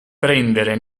prendere